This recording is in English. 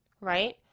right